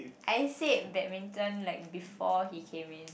I said badminton like before he came in